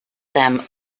them